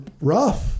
rough